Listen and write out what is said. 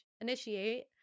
initiate